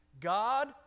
God